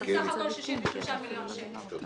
סך הכול 63 מיליון שקלים.